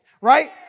right